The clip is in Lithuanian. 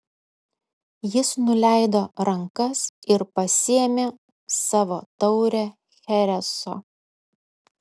jis nuleido rankas ir pasiėmė savo taurę chereso